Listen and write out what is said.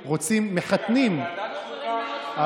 לא,